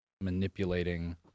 manipulating